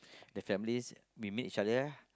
the families we meet each other